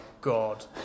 god